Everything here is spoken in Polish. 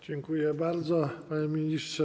Dziękuję bardzo, panie ministrze.